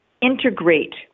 integrate